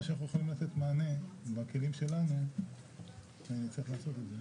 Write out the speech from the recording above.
מה שאנחנו יכולים מענה בכלים שלנו צריך לעשות את זה.